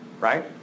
right